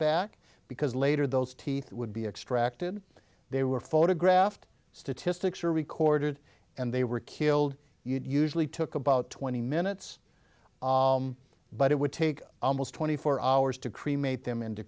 back because later those teeth would be extracted they were photographed statistics are recorded and they were killed usually took about twenty minutes but it would take almost twenty four hours to cremate them